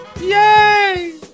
Yay